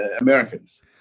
Americans